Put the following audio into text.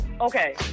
Okay